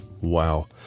wow